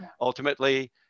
ultimately